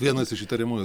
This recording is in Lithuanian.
vienas iš įtariamųjų